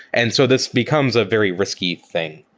and so this becomes a very risky thing,